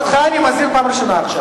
גם אותך אני מזהיר פעם ראשונה עכשיו.